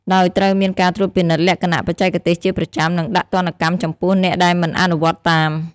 ដោយត្រូវមានការត្រួតពិនិត្យលក្ខណៈបច្ចេកទេសជាប្រចាំ និងដាក់ទណ្ឌកម្មចំពោះអ្នកដែលមិនអនុវត្តតាម។